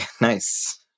nice